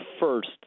first